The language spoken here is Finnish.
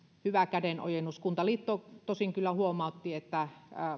hyvä kädenojennus kuntaliitto tosin kyllä huomautti että